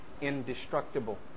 indestructible